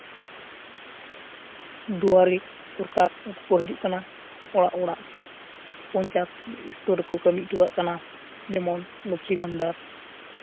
ᱫᱩᱣᱟᱹᱨᱤ ᱥᱚᱨᱠᱟᱨ ᱩᱱᱠᱩ ᱠᱚ ᱦᱟᱹᱡᱩᱜ ᱠᱟᱱᱟ ᱚᱲᱟᱜ ᱚᱲᱟᱜ ᱯᱚᱲᱪᱟᱭᱮᱛ ᱮᱥᱛᱚᱨ ᱨᱮᱠᱚ ᱠᱟᱹᱢᱤ ᱚᱴᱚ ᱠᱟᱜ ᱠᱟᱱᱟ ᱡᱮᱢᱚᱱ ᱞᱚᱠᱠᱷᱤ ᱵᱷᱟᱱᱰᱟᱨ